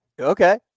Okay